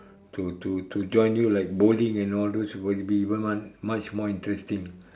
to to to join you like bowling and all those will be even much much more interesting